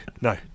no